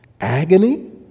agony